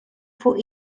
for